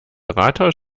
rathaus